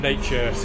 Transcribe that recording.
Nature